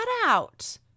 cutout